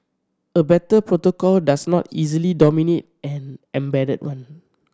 a better protocol does not easily dominate an embedded one